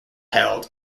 held